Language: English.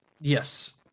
Yes